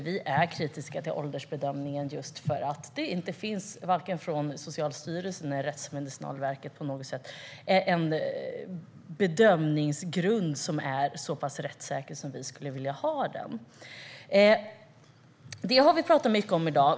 Vi är kritiska till åldersbedömningen för att det inte vare sig från Socialstyrelsen eller Rättsmedicinalverket på något sätt finns en bedömningsgrund som är så pass rättssäker som vi skulle vilja ha den. Det har vi pratat mycket om i dag.